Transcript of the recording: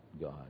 God